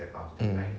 mm